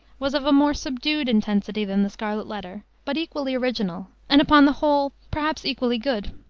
was of a more subdued intensity than the scarlet letter, but equally original and, upon the whole, perhaps equally good.